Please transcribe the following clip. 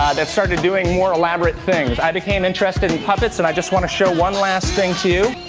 that started doing more elaborate things. i became interested in puppets, and i just want to show one last thing to you.